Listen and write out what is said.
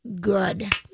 good